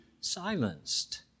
silenced